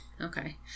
Okay